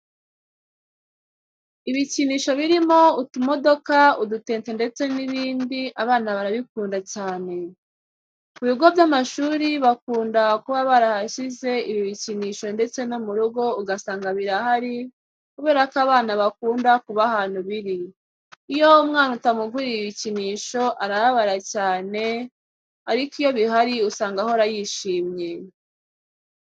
Ibikinisho birimo utumodoka, udutente ndetse n'ibindi abana barabikunda cyane. Ku bigo by'amashuri bakunda kuba barahashyize ibi bikinisho ndetse no mu rugo ugasanga birahari kubera ko abana bakunda kuba ahantu biri. Iyo umwana utamuguriye ibikinisho arababara cyane ariko iyo bihari usanga ahora yishimye.